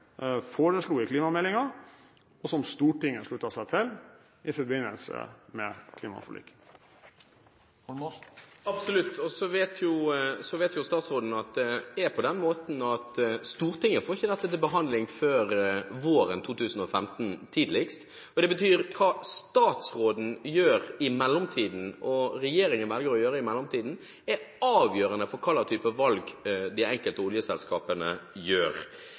foreslo i klimameldingen, og som Stortinget sluttet seg til i forbindelse med klimaforliket. Absolutt, og så vet jo statsråden at Stortinget ikke får dette til behandling før våren 2015, tidligst. Det betyr at hva statsråden gjør i mellomtiden og regjeringen velger å gjøre i mellomtiden, er avgjørende for hvilke valg de enkelte oljeselskapene